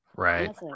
Right